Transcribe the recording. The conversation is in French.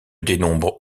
dénombre